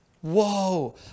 Whoa